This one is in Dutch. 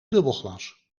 dubbelglas